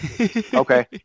Okay